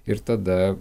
ir tada